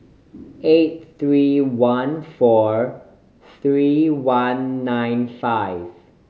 eight three one four three one nine five